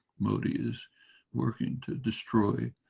modi is working to destroy,